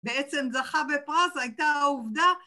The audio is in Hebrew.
בעצם זכה בפרס, הייתה העובדה